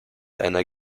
einer